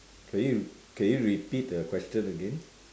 can you can you repeat the question again